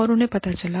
और उन्हें पता चला